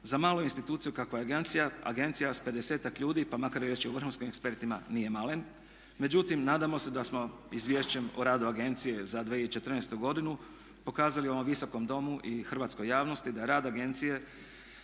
za malu institucija kakva je agencija sa 50-ak ljudi pa makar …/Govornik se ne razumije./… vrhunskim ekspertima nije malen. Međutim, nadamo se da smo Izvješćem o radu agencije za 2014. godinu pokazali ovom Visokom domu i hrvatskoj javnosti da rad agencije